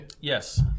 Yes